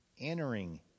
entering